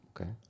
okay